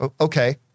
Okay